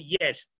yes